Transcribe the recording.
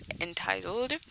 entitled